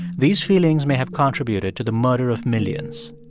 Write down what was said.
these feelings may have contributed to the murder of millions.